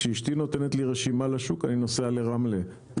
כשאשתי נותנת לי רשימה לשוק אני נוסע לרמלה.